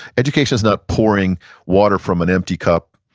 education's not pouring water from an empty cup,